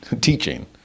teaching